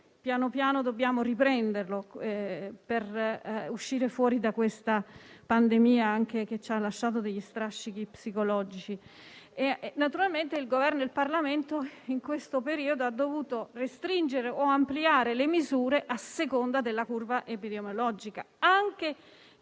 pian piano dobbiamo riprenderlo per uscire da una pandemia che ci ha lasciato anche degli strascichi psicologici. Naturalmente il Governo e il Parlamento in questo periodo hanno dovuto restringere o ampliare le misure a seconda dell'andamento della curva epidemiologica.